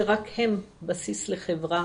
שרק הם בסיס לחברה